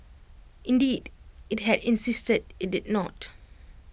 indeed IT had insisted IT did not